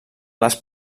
les